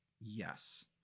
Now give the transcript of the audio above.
Yes